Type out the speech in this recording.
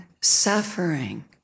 suffering